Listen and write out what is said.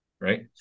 Right